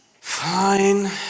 Fine